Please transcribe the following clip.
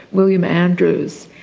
william andrews,